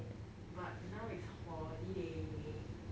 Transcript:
but now is holiday